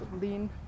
lean